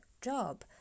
job